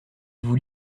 vous